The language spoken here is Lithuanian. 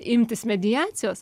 imtis mediacijos